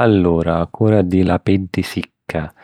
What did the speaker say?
Allura, cura di la peddi sicca.